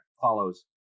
follows